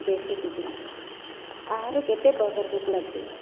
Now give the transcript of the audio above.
ଦେଶୀ କୁକୁଡ଼ା ଆହୁରି କେତେପ୍ରକାର କୁକୁଡ଼ା ଥିବେ